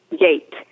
gate